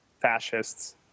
fascists